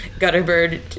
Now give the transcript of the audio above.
Gutterbird